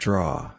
Draw